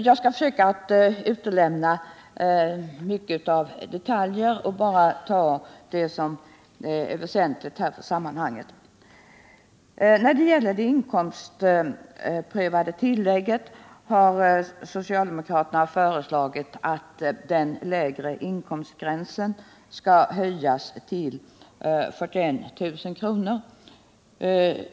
Jag skall försöka att utelämna mycket av detaljer och bara ta upp det som är väsentligt för sammanhanget. När det gäller det inkomstprövade tillägget har socialdemokraterna föreslagit att den lägre inkomstgränsen skall höjas till 41 000 kr.